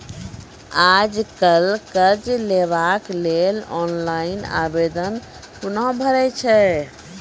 आज कल कर्ज लेवाक लेल ऑनलाइन आवेदन कूना भरै छै?